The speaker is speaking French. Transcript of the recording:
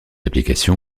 application